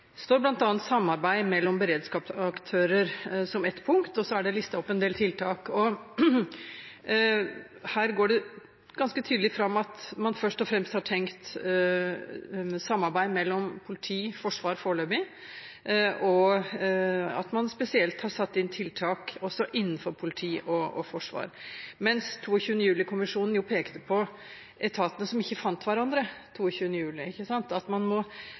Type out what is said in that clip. er det listet opp en del tiltak. Her går det ganske tydelig fram at man først og fremst har tenkt på samarbeid mellom politi og forsvar foreløpig, og at man spesielt har satt inn tiltak også innenfor politi og forsvar, mens 22. juli-kommisjonen jo peker på etatene som ikke fant hverandre 22. juli, at man må